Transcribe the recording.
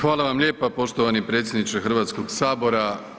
Hvala vam lijepa poštovani predsjedniče Hrvatskog sabora.